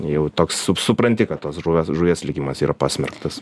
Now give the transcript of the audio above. jau toks su supranti kad tos žuvies žuvies likimas yra pasmerktas